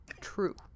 True